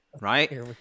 right